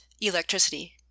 electricity